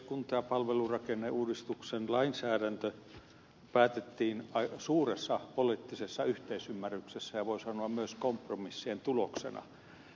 kunta ja palvelurakenneuudistuksen lainsäädäntö päätettiin suuressa poliittisessa yhteisymmärryksessä ja voi sanoa myös kompromissien tuloksena